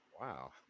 wow